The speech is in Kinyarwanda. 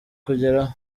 kugeraho